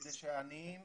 כדי שעניים